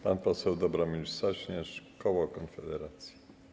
Pan poseł Dobromir Sośnierz, koło Konfederacji.